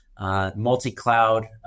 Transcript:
multi-cloud